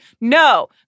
No